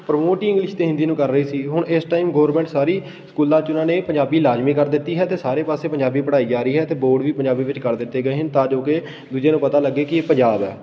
promote ਹੀ English ਅਤੇ ਹਿੰਦੀ ਨੂੰ ਕਰ ਰਹੇ ਸੀ ਹੁਣ ਇਸ ਟਾਈਮ ਗੋਵਰਮੈਂਟ ਸਾਰੀ ਸਕੂਲਾਂ 'ਚ ਉਹਨਾਂ ਨੇ ਪੰਜਾਬੀ ਲਾਜ਼ਮੀ ਕਰ ਦਿੱਤੀ ਹੈ ਅਤੇ ਸਾਰੇ ਪਾਸੇ ਪੰਜਾਬੀ ਪੜ੍ਹਾਈ ਜਾ ਰਹੀ ਹੈ ਅਤੇ ਬੋਰਡ ਵੀ ਪੰਜਾਬੀ ਵਿੱਚ ਕਰ ਦਿੱਤੇ ਗਏ ਹਨ ਤਾਂ ਜੋ ਕਿ ਦੂਜੇ ਨੂੰ ਪਤਾ ਲੱਗੇ ਕਿ ਇਹ ਪੰਜਾਬ ਆ